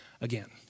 again